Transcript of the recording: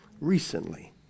recently